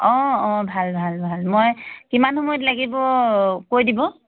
অঁ অঁ ভাল ভাল ভাল মই কিমান সময়ত লাগিব কৈ দিব